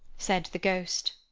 said the ghost.